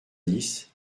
dix